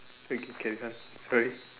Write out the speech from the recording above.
okay okay this one sorry